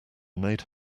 made